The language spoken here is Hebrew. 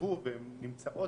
נכתבו ונמצאות.